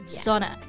sauna